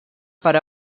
per